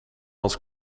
als